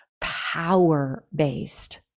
power-based